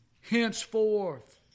henceforth